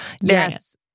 Yes